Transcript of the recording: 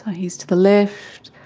he is to the left,